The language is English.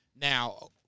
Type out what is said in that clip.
Now